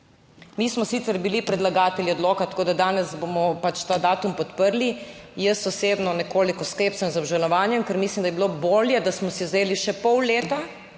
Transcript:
Mi smo sicer bili predlagatelji odloka, tako da danes bomo pač ta datum podprli. Jaz osebno nekoliko /nerazumljivo/ z obžalovanjem, ker mislim, da bi bilo bolje, da smo si vzeli še pol leta,